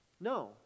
No